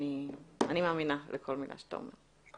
אני מאמינה לכל מילה שאתה אומר.